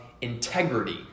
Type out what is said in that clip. integrity